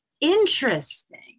Interesting